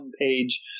page